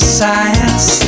science